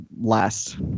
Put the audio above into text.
last